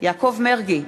יעקב מרגי,